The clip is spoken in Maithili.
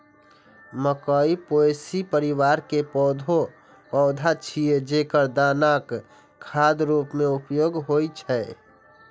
मकइ पोएसी परिवार के पौधा छियै, जेकर दानाक खाद्य रूप मे उपयोग होइ छै